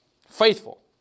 faithful